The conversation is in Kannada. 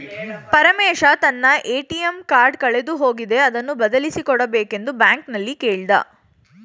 ಪರಮೇಶ ತನ್ನ ಎ.ಟಿ.ಎಂ ಕಾರ್ಡ್ ಕಳೆದು ಹೋಗಿದೆ ಅದನ್ನು ಬದಲಿಸಿ ಕೊಡಬೇಕೆಂದು ಬ್ಯಾಂಕಲ್ಲಿ ಕೇಳ್ದ